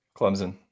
Clemson